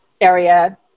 area